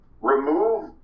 remove